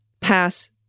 pass